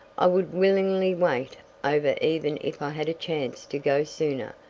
i would willingly wait over even if i had a chance to go sooner,